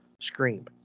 Scream